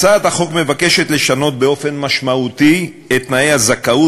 הצעת החוק מבקשת לשנות באופן משמעותי את תנאי הזכאות